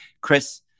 Chris